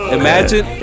imagine